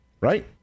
right